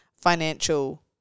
financial